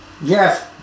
Yes